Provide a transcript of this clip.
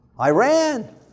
Iran